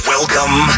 Welcome